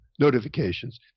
Notifications